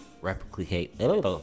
replicate